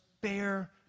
bear